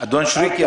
אדון שריקי,